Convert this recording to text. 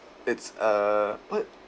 it's a but